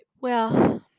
Well-